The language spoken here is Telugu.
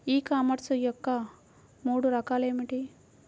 ఈ కామర్స్ యొక్క మూడు రకాలు ఏమిటి?